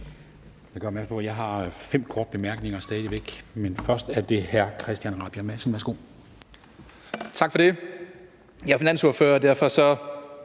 væk har fem til korte bemærkninger. Men først er det hr. Christian Rabjerg Madsen.